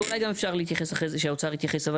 ואולי אפשר שהאוצר יתייחס לאחר מכן: